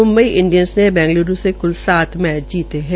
Mumbai Indians ने बैंगलूर से कुल सात मैच जीते है